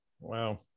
Wow